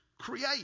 create